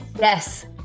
Yes